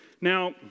Now